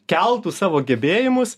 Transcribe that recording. keltų savo gebėjimus